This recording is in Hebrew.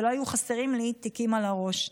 ולא היו חסרים לי תיקים על הראש.